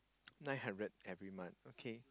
nine hundred every month okay